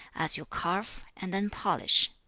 as you carve and then polish.